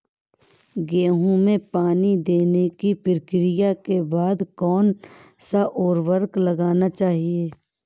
गेहूँ में पानी देने की प्रक्रिया के बाद कौन सा उर्वरक लगाना चाहिए?